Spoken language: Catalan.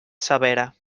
severa